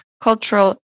cultural